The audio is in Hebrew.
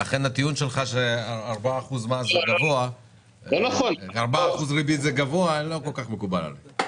לכן הטיעון שלך ש-4% ריבית זה גבוה לא כל כך מקובל עליי,